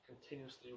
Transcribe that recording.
continuously